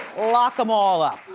lock them all up!